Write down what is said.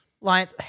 Lions